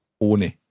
Ohne